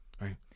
Right